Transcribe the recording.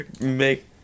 make